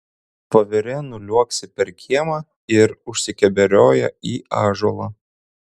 voverė nuliuoksi per kiemą ir užsikeberioja į ąžuolą